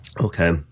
Okay